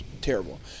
terrible